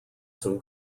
some